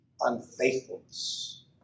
unfaithfulness